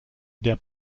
der